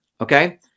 okay